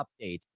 updates